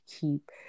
keep